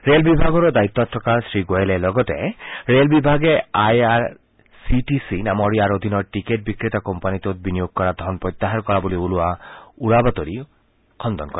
rail বিভাগৰো দায়িত্বত থকা শ্ৰীগোৱেলে লগতে ৰে'ল বিভাগে I R C T C নামৰ ইয়াৰ অধীনৰ টিকেট বিক্ৰেতা কোম্পানীটোত বিনিয়োগ কৰা ধন প্ৰত্যাহাৰ কৰা বুলি ওলোৱা উৰা বাতৰি খণ্ডন কৰে